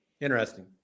Interesting